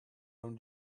own